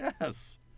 Yes